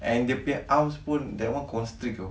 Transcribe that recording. and dia punya arm pun is constrict [tau]